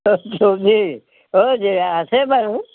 অঁ তুমি অ' আছে বাৰু